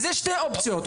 יש שתי אופציות.